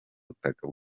butaka